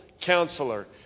counselor